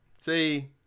See